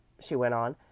she went on,